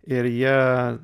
ir jie